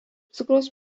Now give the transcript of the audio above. cukraus